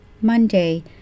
monday